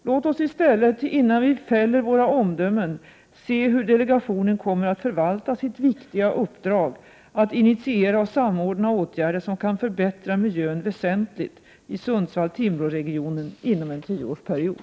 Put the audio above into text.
Låt oss i stället innan vi fäller våra omdömen se hur delegationen kommer att förvalta sitt viktiga uppdrag: att initiera och samordna åtgärder som kan förbättra miljön väsentligt i Sundsvall-Timrå-regionen inom en tioårsperiod.